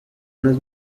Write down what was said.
unas